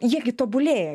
jie tobulėja